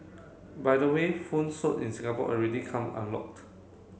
by the way phones sold in Singapore already come unlocked